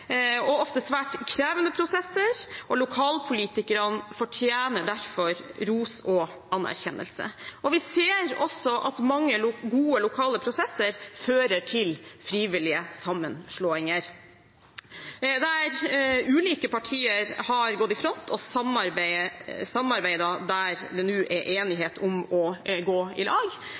og ofte svært krevende prosesser, og lokalpolitikerne fortjener derfor ros og anerkjennelse. Vi ser også at mange gode lokale prosesser fører til frivillige sammenslåinger, der ulike partier har gått i front og samarbeidet der det nå er enighet om å gå sammen. For et par uker siden var jeg i